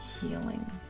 healing